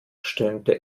stöhnte